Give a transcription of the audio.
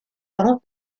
ans